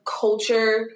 culture